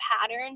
pattern